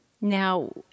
Now